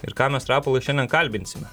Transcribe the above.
ir ką mes rapolai šiandien kalbinsime